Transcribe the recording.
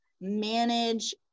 manage